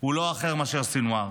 הוא לא אחר מאשר סנוואר,